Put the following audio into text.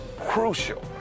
crucial